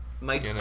Mike